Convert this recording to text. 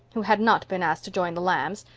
who had not been asked join the lambs,